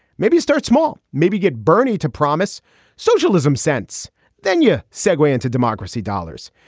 maybe you start small maybe get bernie to promise socialism since then you segway into democracy dollars.